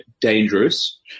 dangerous